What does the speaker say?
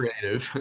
creative